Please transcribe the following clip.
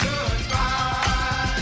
Goodbye